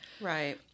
Right